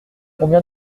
combien